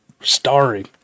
starring